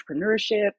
entrepreneurship